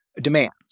demands